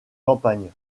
campagne